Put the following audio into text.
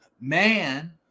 man